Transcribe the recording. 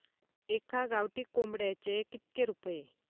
एका गावठी कोंबड्याचे कितके रुपये?